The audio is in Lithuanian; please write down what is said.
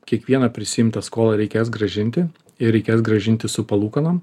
kiekvieną prisiimtą skolą reikės grąžinti ir reikės grąžinti su palūkanom